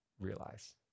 realize